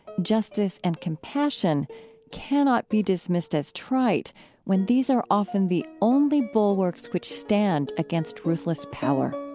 justice, and compassion cannot be dismissed as trite when these are often the only bulwarks which stand against ruthless power.